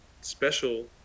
special